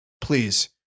please